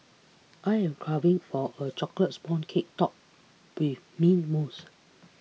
I am craving for a Chocolate Sponge Cake Topped with Mint Mousse